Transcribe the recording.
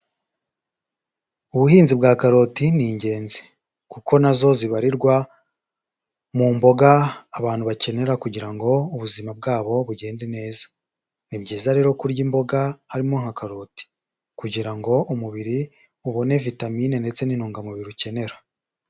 Ubuhinzi bwa karoti ni ingenzi, kuko na zo zibarirwa mu mboga abantu bakenera kugira ngo ubuzima bwabo bugende neza. Ni byiza rero kurya imboga harimo nka karoti kugira ngo umubiri ubone vitamine, ndetse n'intungamubiri ukenera.